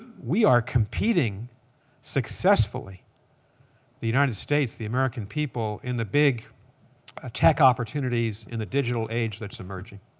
we are competing successfully the united states, the american people in the big ah tech opportunities in the digital age that's emerging.